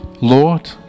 Lord